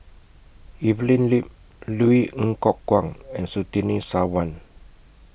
Evelyn Lip Louis Ng Kok Kwang and Surtini Sarwan